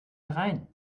herein